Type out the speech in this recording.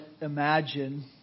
imagine